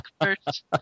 first